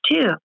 two